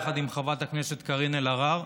יחד עם חברת הכנסת קארין אלהרר.